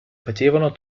facevano